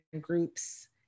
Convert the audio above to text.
groups